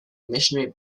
missionary